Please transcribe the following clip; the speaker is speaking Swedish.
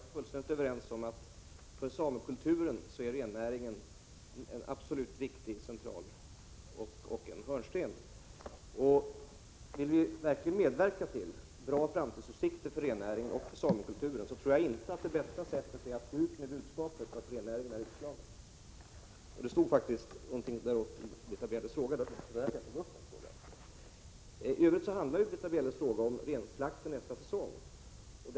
Herr talman! Britta Bjelle och jag är fullständigt överens om att rennäringen är en central fråga och en hörnsten för samekulturen. Vill vi verkligen medverka till goda framtidsutsikter för rennäringen och samekulturen tror jag inte att det bästa sättet är att gå ut med budskapet att rennäringen är utslagen. Det stod faktiskt någonting i den riktningen i Britta Bjelles fråga, och det var därför jag tog upp det. I övrigt handlar Britta Bjelles fråga om renslakten nästa säsong.